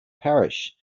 parish